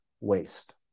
waste